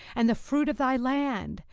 and the fruit of thy land,